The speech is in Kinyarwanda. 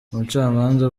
umucamanza